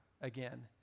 again